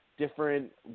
Different